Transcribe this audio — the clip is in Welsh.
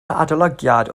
adolygiad